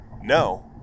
no